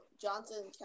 Johnson